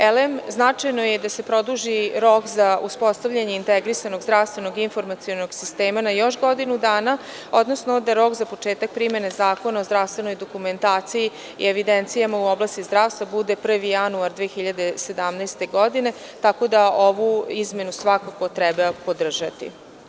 Elem, značajno je da se produži rok za uspostavljanje Integrisanog zdravstvenog informacionog sistema na još godinu dana, odnosno da rok za početak primene Zakona o zdravstvenoj dokumentaciji i evidencijama u oblasti zdravstva bude 1. januar 2017. godine, tako da ovu izmenu svakako treba podržati.